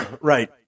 Right